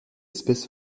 espèce